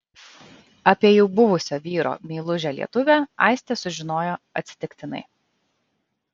apie jau buvusio vyro meilužę lietuvę aistė sužinojo atsitiktinai